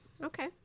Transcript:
Okay